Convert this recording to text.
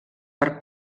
per